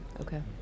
Okay